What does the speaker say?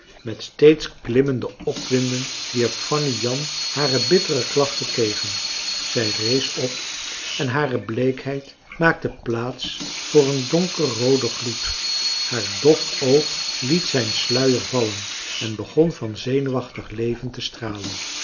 met steeds klimmende opwinding wierp fanny jan hare bittere klachten tegen zij rees op en hare bleekheid maakte plaats voor een donker rooden gloed haar dof oog liet zijn sluier vallen en begon van zenuwachtig leven te stralen